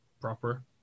proper